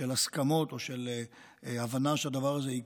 הנושא של הסכמות או של הבנה שהדבר הזה יקרה?